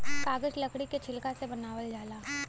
कागज लकड़ी के छिलका से बनावल जाला